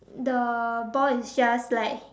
the boy is just like